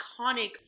iconic